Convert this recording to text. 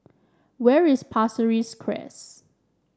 where is Pasir Ris Crest